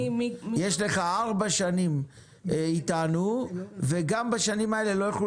יש לך ארבע שנים איתנו וגם בשנים האלה לא יוכלו